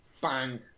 bang